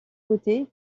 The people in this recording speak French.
côté